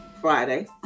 Friday